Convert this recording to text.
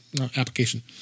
application